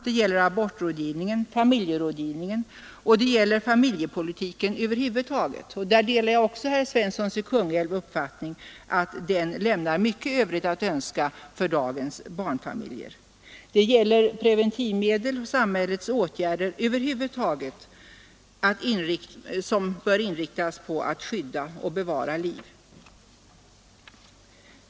Det gäller abortrådgivningen och familjerådgivningen. Och det gäller familjepolitiken i stort — jag delar herr Svenssons i Kungälv uppfattning att den lämnar mycket övrigt att önska för dagens barnfamiljer. Det gäller preventivmedel. Det gäller samhällets åtgärder över huvud taget, som bör inriktas på att skydda och bevara liv.